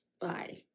Bye